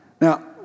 Now